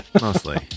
mostly